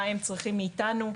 מה הם רוצים מאיתנו.